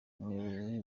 umuyobozi